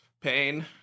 pain